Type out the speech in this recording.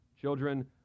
Children